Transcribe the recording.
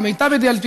למיטב ידיעתי,